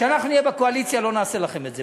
כשאנחנו נהיה בקואליציה לא נעשה לכם את זה,